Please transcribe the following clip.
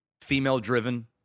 female-driven